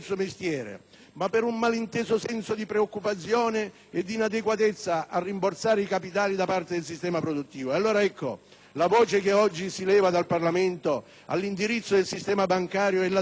per un malinteso senso di preoccupazione e di inadeguatezza a rimborsare i capitali da parte del sistema produttivo. Ecco, la voce che oggi si leva dal Parlamento all'indirizzo del sistema bancario è la seguente: